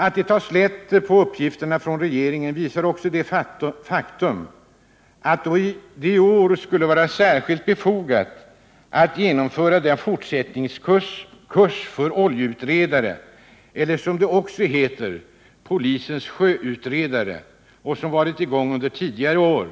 Att regeringen tar lätt på de här uppgifterna visar också det faktum att det i år, då det skulle vara särskilt befogat att genomföra den fortbildningskurs för oljeutredare — eller polisens sjöutredare som de också heter —- som varit i gång under tidigare år,